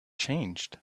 changed